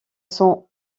son